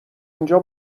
اینجا